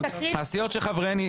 לחברי הוועדה